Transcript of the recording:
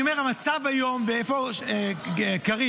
אני אומר שהמצב היום, איפה קריב?